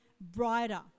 brighter